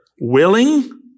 willing